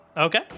Okay